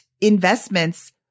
investments